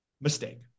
mistake